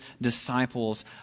disciples